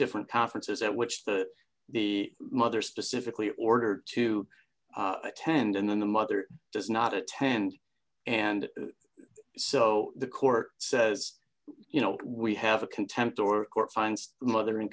different conferences at which the the mother specifically ordered to attend and then the mother does not attend and so the court says you know we have a contempt or court finds the mother in